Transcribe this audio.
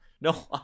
No